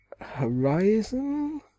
Horizon